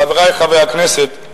חברי חברי הכנסת,